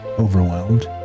Overwhelmed